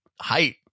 height